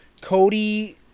Cody